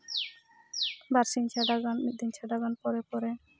ᱵᱟᱨ ᱥᱤᱧ ᱪᱷᱟᱰᱟ ᱜᱟᱱ ᱢᱤᱫ ᱫᱤᱱ ᱪᱷᱟᱰᱟ ᱜᱟᱱ ᱯᱚᱨᱮ ᱯᱚᱨᱮ